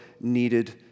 needed